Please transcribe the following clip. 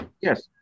Yes